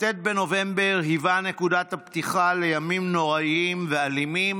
כ"ט בנובמבר היה נקודת פתיחה לימים נוראיים ואלימים